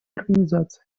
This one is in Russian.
организации